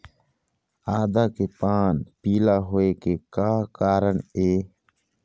आदा के पान पिला होय के का कारण ये?